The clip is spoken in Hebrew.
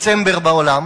דצמבר בעולם